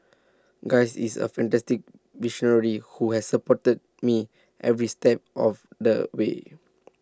guy is A fantastic visionary who has supported me every step of the way